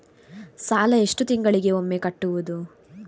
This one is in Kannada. ಸಾಲ ಎಷ್ಟು ತಿಂಗಳಿಗೆ ಒಮ್ಮೆ ಕಟ್ಟುವುದು?